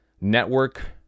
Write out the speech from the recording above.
network